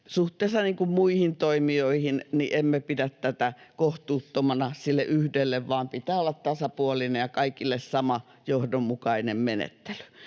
Suhteessa muihin toimijoihin emme pidä tätä kohtuuttomana sille yhdelle, vaan pitää olla tasapuolinen ja kaikille sama johdonmukainen menettely.